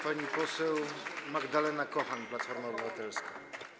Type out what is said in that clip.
Pani poseł Magdalena Kochan, Platforma Obywatelska.